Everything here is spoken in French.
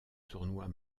tournois